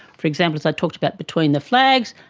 for example as i talked about between the flags,